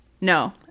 No